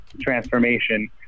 transformation